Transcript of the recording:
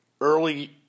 early